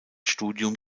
studium